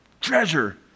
treasure